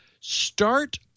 start